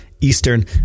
Eastern